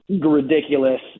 ridiculous